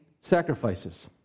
sacrifices